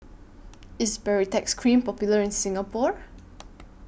IS Baritex Cream Popular in Singapore